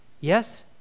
Yes